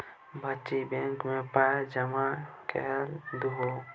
बुच्ची बैंक मे पाय जमा कए देलहुँ